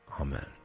Amen